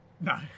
No